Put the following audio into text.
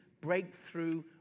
breakthrough